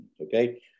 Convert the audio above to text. okay